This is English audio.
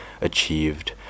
achieved